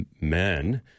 men